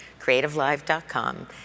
CreativeLive.com